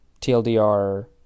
TLDR